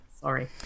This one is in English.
Sorry